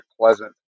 pleasant